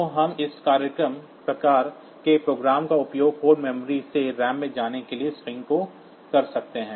तो हम इस प्रकार के प्रोग्राम का उपयोग कोड मेमोरी से रैम में जाने के लिए स्ट्रिंग को कर सकते हैं